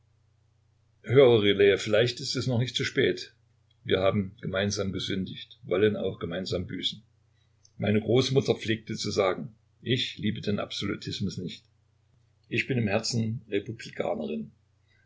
vielleicht ist es noch nicht zu spät wir haben gemeinsam gesündigt wollen auch gemeinsam büßen meine großmutter pflegte zu sagen ich liebe den absolutismus nicht ich bin im herzen